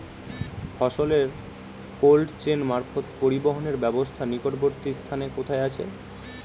ফসলের cold chain মারফত পরিবহনের ব্যাবস্থা নিকটবর্তী স্থানে কোথায় আছে?